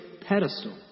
pedestal